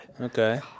Okay